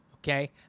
Okay